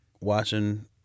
watching